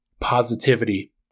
positivity